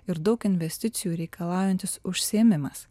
ir daug investicijų reikalaujantis užsiėmimas